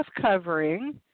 covering